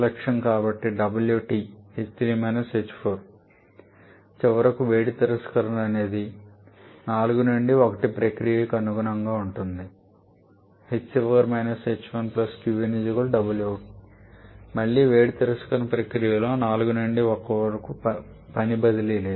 కాబట్టి wt చివరకు వేడి తిరస్కరణ అనేది 4 నుండి 1 ప్రక్రియకు అనుగుణంగా ఉంటుంది మళ్ళీ వేడి తిరస్కరణ ప్రక్రియలో 4 నుండి 1 వరకు పని బదిలీ లేదు